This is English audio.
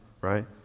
Right